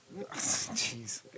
Jeez